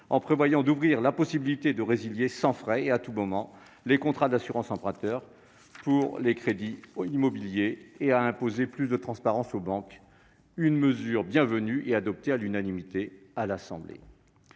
en ouvrant la possibilité de résilier sans frais et à tout moment les contrats d'assurance emprunteur pour des crédits immobiliers, et en imposant plus de transparence aux banques. Cette mesure bienvenue fut adoptée à l'unanimité à l'Assemblée